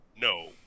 no